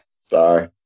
Sorry